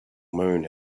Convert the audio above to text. moon